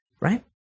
right